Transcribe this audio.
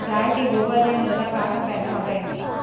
गाय के गोबर ले मोला का का फ़ायदा हवय?